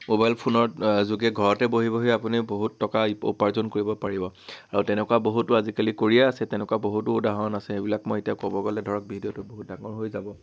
mobile ফোনৰ যোগে ঘৰতে বহি বহি আপুনি বহুত টকা উপাৰ্জন কৰিব পাৰিব আৰু তেনেকুৱা বহুতো আজিকালি কৰিয়ে আছে তেনেকুৱা বহুতো উদাহৰণ আছে সেইবিলাক মই এতিয়া ক'ব গ'লে ধৰক ভিডিঅ'টো বহুত ডাঙৰ হৈ যাব